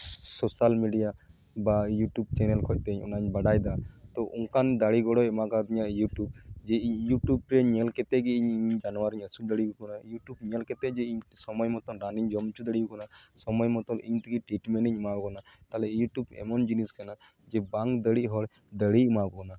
social media ᱵᱟ YouTube channel ᱠᱷᱚᱱ ᱛᱤᱧ ᱚᱱᱟᱧ ᱵᱟᱰᱟᱭᱮᱫᱟ ᱛᱳ ᱚᱱᱠᱟᱱ ᱫᱟᱬᱮ ᱜᱚᱲᱚᱭ ᱮᱢᱟ ᱠᱟᱣᱫᱤᱧᱟ ᱤᱭᱩᱴᱩᱵᱽ ᱡᱮ ᱤᱧ ᱤᱭᱩᱴᱩᱵᱽ ᱨᱮᱧ ᱧᱮᱞ ᱠᱟᱛᱮ ᱜᱮ ᱤᱧ ᱡᱟᱱᱣᱟᱨ ᱤᱧ ᱟᱹᱥᱩᱞ ᱫᱟᱲᱮ ᱟᱠᱚ ᱠᱟᱱᱟ ᱤᱭᱩᱴᱩᱵᱽ ᱧᱮᱞ ᱠᱟᱛᱮᱫ ᱜᱮ ᱥᱚᱢᱚᱭ ᱢᱚᱛᱳᱱ ᱨᱟᱱ ᱤᱧ ᱡᱚᱢ ᱦᱚᱪᱚ ᱫᱟᱲᱮ ᱟᱠᱚ ᱠᱟᱱᱟ ᱥᱚᱢᱚᱭ ᱢᱚᱛᱚᱱ ᱤᱧ ᱛᱮᱜᱮ ᱴᱨᱤᱴᱢᱮᱱᱴ ᱤᱧ ᱮᱢᱟᱣᱟᱠᱚ ᱠᱟᱱᱟ ᱛᱟᱦᱚᱞᱮ ᱤᱭᱩᱴᱩᱵᱽ ᱮᱢᱚᱱ ᱡᱤᱱᱤᱥ ᱠᱟᱱᱟ ᱡᱮ ᱵᱟᱝ ᱫᱟᱲᱮᱜ ᱦᱚᱲ ᱫᱟᱲᱮᱭ ᱮᱢᱟ ᱵᱚᱱᱟ